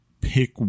pick